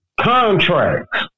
contracts